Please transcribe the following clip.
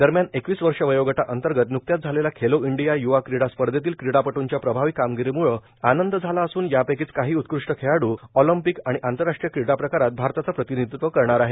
दरम्यान एकवीस वर्ष वयोगटाअंतर्गत नुकत्याच झालेल्या खेलो इंडिया युवा क्रीडा स्पर्धेतील क्रीडापटूंच्या प्रभावी कामगिरीमुळे आनंद झाला असून यापैकीच काही उत्कृष्ट खेळाडू ऑलम्पिक आणि आंतरराष्ट्रीय क्रीडा प्रकारात भारताचे प्रतिनिधीत्व करणार आहेत